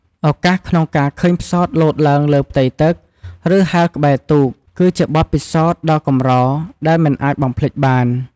ឱកាសក្នុងការឃើញផ្សោតលោតឡើងលើផ្ទៃទឹក ឬហែលក្បែរទូក គឺជាបទពិសោធន៍ដ៏កម្រដែលមិនអាចបំភ្លេចបាន។